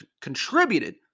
contributed